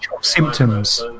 symptoms